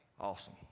Awesome